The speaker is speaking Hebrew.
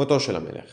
מותו של המלך